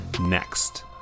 next